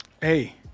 hey